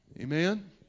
Amen